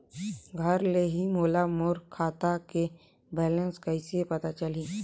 घर ले ही मोला मोर खाता के बैलेंस कइसे पता चलही?